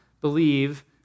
believe